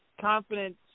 confidence